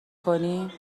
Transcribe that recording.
کنی